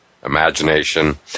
imagination